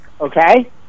okay